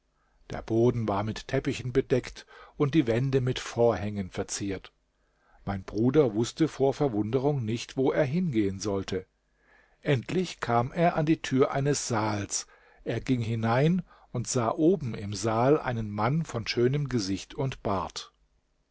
der boden war mit teppichen bedeckt und die wände mit vorhängen verziert mein bruder wußte vor verwunderung nicht wo er hingehen sollte endlich kam er an die tür eines saals er ging hinein und sah oben im saal einen mann von schönem gesicht und bart